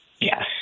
Yes